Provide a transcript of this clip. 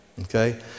okay